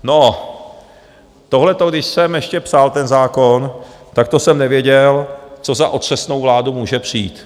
No, tohleto, když jsem ještě psal ten zákon, tak to jsem nevěděl, co za otřesnou vládu může přijít.